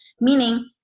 Meaning